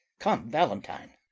come, valentine.